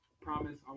promise